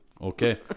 Okay